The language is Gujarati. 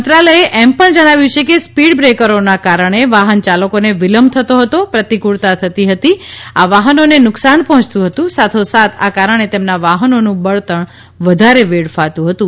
મંત્રાલયે એમ પણ જણાવ્યું છે કે સ્પીડબ્રેકરોના કારણે વાહનયાલકોને વિલંબ થતો હતો પ્રતિકૂળતા થતી હતી અ વાહનોને નુકસાન પહોંચતું હતું સાથોસાથ આ કારણે તેમનાં વાહનોનું બળતણ વધારે વેડફાતું હતું